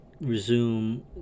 resume